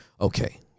okay